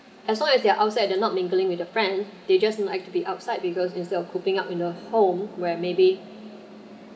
as long as they're outside they're not mingling with the friend they just like to be outside because instead of cooking up in a home where maybe